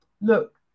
look